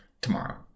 tomorrow